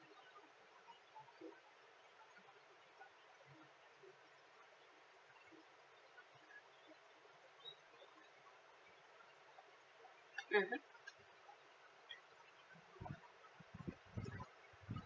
mmhmm